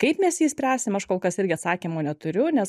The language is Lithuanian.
kaip mes jį spręsim aš kol kas irgi atsakymo neturiu nes